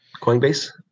Coinbase